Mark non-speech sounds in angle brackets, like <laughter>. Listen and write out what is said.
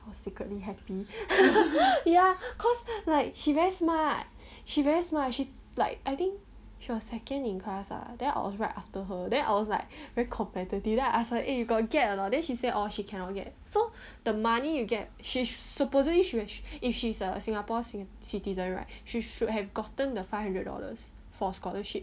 secretly happy <laughs> ya cause like she very smart she very smart she like I think she was second in class ah then I was right after her then I was like very competitive then I ask her eh you gotta get or not then she said oh she cannot get so the money you get she supposedly she if she's a singapore citizen right she should have gotten the five hundred dollars for scholarship